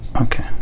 Okay